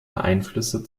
einflüsse